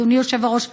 אדוני היושב-ראש,